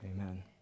amen